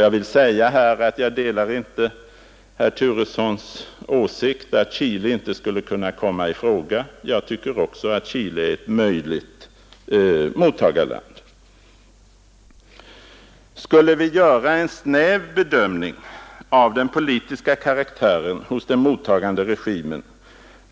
Jag delar därför inte herr Turessons åsikt att Chile inte skulle kunna komma i fråga utan jag tycker att också Chile är ett möjligt mottagarland. Skulle vi göra en snäv bedömning av den politiska karaktären hos den mottagande regimen,